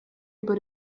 über